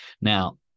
Now